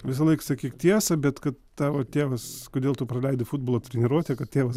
visąlaik sakyk tiesą bet kad tavo tėvas kodėl tu praleidai futbolo treniruotę kad tėvas